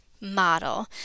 model